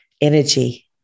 energy